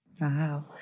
Wow